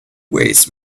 ways